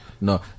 No